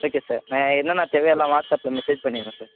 okay sir நான் என்ன என்ன தேவையோ எல்லாம் வாட்ஸப்பில் மெசேஜ் பண்ணிர்ரேன் சார்